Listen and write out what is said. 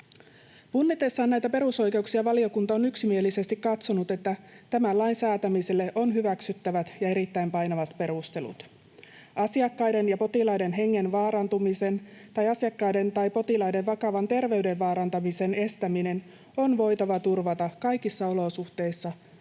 Punnitessaan näitä perusoikeuksia valiokunta on yksimielisesti katsonut, että tämän lain säätämiselle on hyväksyttävät ja erittäin painavat perustelut. Asiakkaiden ja potilaiden hengen vaarantumisen tai asiakkaiden tai potilaiden vakavan terveyden vaarantumisen estäminen on voitava turvata kaikissa olosuhteissa